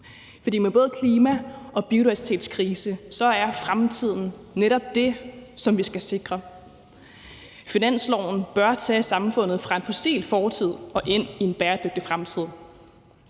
For med både klima- og biodiversitetskrise er fremtiden netop det, som vi skal sikre. Finansloven bør tage samfundet fra en fossil fortid og ind i en bæredygtig fremtid.